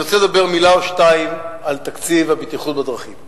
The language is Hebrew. אני רוצה לומר מלה או שתיים על תקציב הבטיחות בדרכים.